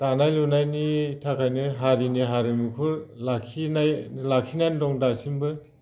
दानाय लुनायनि थाखायनो हारिनि हारिमुखौ लाखिनानै दं दासिमबो